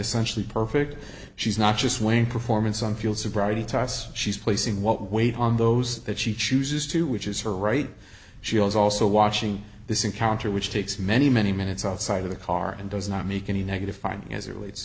essentially perfect she's not just winning performance on field sobriety tests she's placing what weight on those that she chooses to which is her right she was also watching this encounter which takes many many minutes outside of the car and does not make any negative fine as it